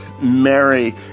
Mary